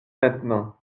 maintenant